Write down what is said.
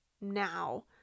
now